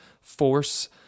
force